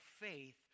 faith